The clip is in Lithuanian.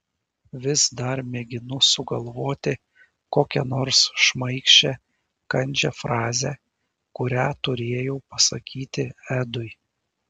vis dar mėginu sugalvoti kokią nors šmaikščią kandžią frazę kurią turėjau pasakyti edui